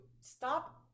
stop